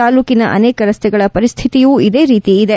ತಾಲೂಕಿನ ಅನೇಕ ರಸ್ತೆಗಳ ಪರಿಸ್ಹಿತಿಯು ಇದೇ ರೀತಿ ಇದೆ